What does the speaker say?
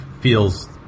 feels